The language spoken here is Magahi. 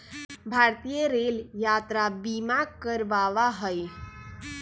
भारतीय रेल यात्रा बीमा करवावा हई